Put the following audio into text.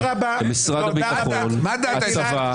כולל משרד הביטחון והצבא.